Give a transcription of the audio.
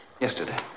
Yesterday